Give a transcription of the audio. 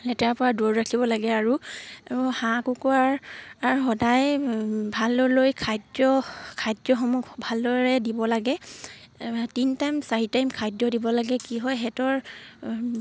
লেতেৰাৰ পৰা দূৰত ৰাখিব লাগে আৰু হাঁহ কুকুৰাৰ সদায় ভালদৰে খাদ্য খাদ্যসমূহ ভালদৰে দিব লাগে তিন টাইম চাৰি টাইম খাদ্য দিব লাগে কি হয় সিহঁতৰ